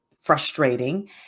frustrating